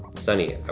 sunny,